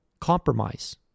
compromise